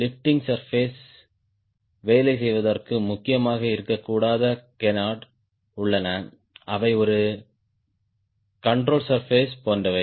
lifting surface வேலை செய்வதற்கு முக்கியமாக இருக்கக் கூடாத கேனார்ட் உள்ளன அவை ஒரு கண்ட்ரோல் சர்பெஸ் போன்றவை